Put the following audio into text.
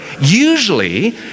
usually